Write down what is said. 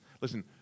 Listen